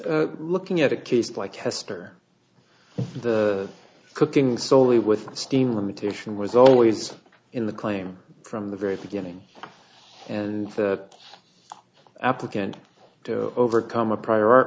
appeal looking at a case like hester the cooking soley with steam limitation was always in the claim from the very beginning and the applicant to overcome a prior